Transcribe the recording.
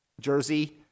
jersey